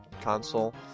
console